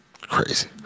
Crazy